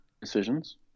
decisions